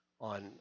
on